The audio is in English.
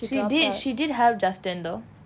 she did she did have justin though